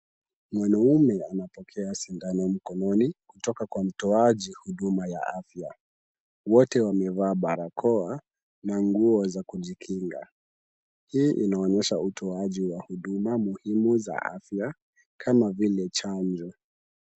Mwanamume anapokea sindano mkononi kutoka kwa mtoaji huduma ya afya. Wote wamevaa barakoa na nguo za kujikinga. Hii inaonyesha utoaji wa huduma muhimu za afya kama vile chanjo.